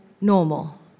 normal